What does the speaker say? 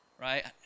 right